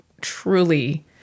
truly